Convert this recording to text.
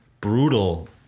brutal